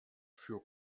für